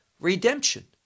redemption